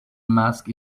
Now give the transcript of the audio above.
mask